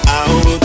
out